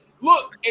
Look